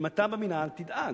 אם אתה במינהל, תדאג.